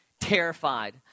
terrified